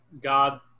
God